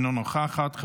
אינה נוכחת,